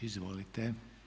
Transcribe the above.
Izvolite.